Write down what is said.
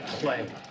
Play